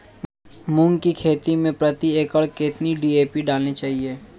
मूंग की खेती में प्रति एकड़ कितनी डी.ए.पी डालनी चाहिए?